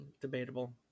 Debatable